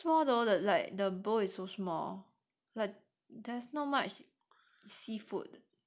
small though the like the bowl is so small that there's not much seafood